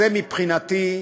מבחינתי,